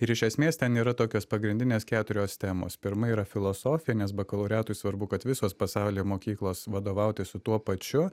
ir iš esmės ten yra tokios pagrindinės keturios temos pirma yra filosofi nes bakalaureatui svarbu kad visos pasaulyje mokyklos vadovauti su tuo pačiu